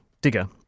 digger